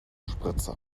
spritze